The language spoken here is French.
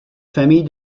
famille